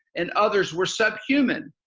and others were subhuman.